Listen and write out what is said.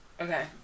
Okay